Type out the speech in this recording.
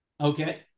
Okay